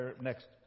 next